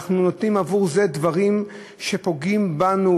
אנחנו נותנים עבור זה דברים שפוגעים בנו,